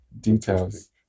Details